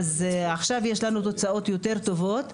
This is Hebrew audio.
אז עכשיו יש לנו תוצאות יותר טובות.